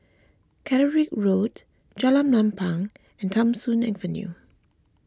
Caterick Road Jalan Ampang and Tham Soong Avenue